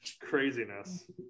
Craziness